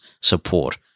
support